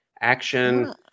action